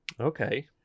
okay